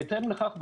בהתאם לכך,